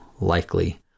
likely